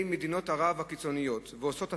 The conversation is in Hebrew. מדינות ערב הקיצוניות ו"עושות הצרות",